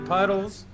Puddles